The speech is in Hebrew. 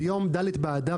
ביום ד' באדר,